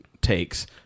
takes